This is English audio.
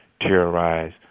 terrorize